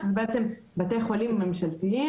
שזה בעצם בתי חולים ממשלתיים,